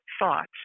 thought